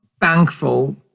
thankful